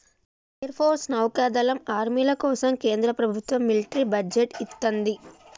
air force, నౌకాదళం, ఆర్మీల కోసం కేంద్ర ప్రభత్వం మిలిటరీ బడ్జెట్ ఇత్తంది